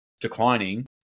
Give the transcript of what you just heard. declining